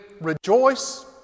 rejoice